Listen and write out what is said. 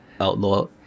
outlaw